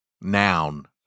Noun